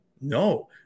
No